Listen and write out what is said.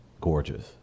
gorgeous